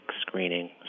screening